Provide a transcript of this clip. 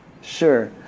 Sure